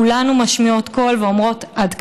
כולנו משמיעות קול ואומרות: עד כאן.